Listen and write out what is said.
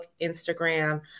Instagram